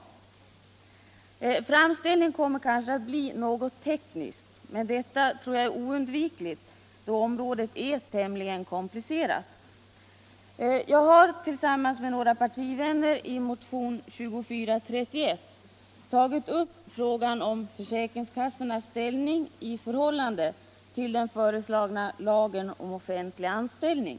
Min framställning blir kanske något teknisk, men detta tror jag är oundvikligt eftersom området är tämligen komplicerat. Tillsammans med några partivänner har jag i motionen 2431 tagit upp frågan om försäkringskassornas ställning i förhållande till den föreslagna lagen om offentlig anställning.